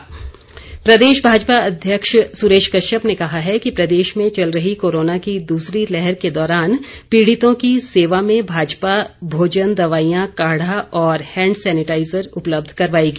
भाजपा अध्यक्ष प्रदेश भाजपा अध्यक्ष सुरेश कश्यप ने कहा है कि प्रदेश मे चल रही कोरोना की दूसरी लहर के दौरान पीड़ितों की सेवा में भाजपा भोजन दवाईयां काढ़ा और हैंड सैनिटाईजर उपलब्ध करवाएगी